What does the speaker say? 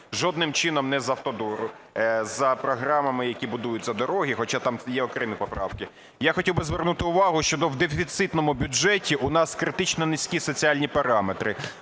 Жодним чином не з автодору за програмами, які будуються дороги, хоча там є окремі поправки. Я хотів би звернути увагу, що в дефіцитному бюджеті у нас критично низькі соціальні параметри.